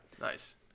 Nice